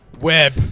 Web